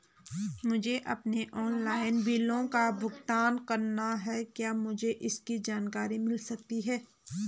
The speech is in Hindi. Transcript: मुझे अपने ऑनलाइन बिलों का भुगतान करना है क्या मुझे इसकी जानकारी मिल सकती है?